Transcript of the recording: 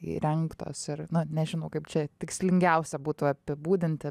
įrengtos ir na nežinau kaip čia tikslingiausia būtų apibūdinti